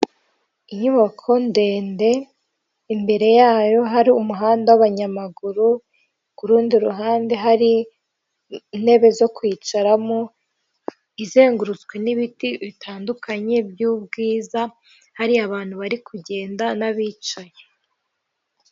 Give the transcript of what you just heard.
Inyubako ndende, imbere yayo hari umuhanda w'abanyamaguru, ku rundi ruhande hari intebe zo kwicaramo, izengurutswe n'ibiti bitandukanye by'ubwiza, hari abantu bari kugenda, n'abicaye.